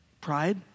Pride